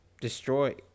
destroy